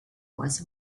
was